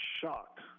shocked